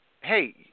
hey